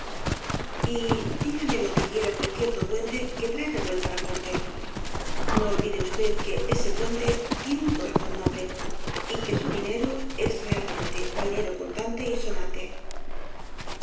y díganle lo que quieran de cierto duende que trae revuelta la corte no olvide usted que ese duende tiene un corazón noble y que su dinero es realmente dinero contante y sonante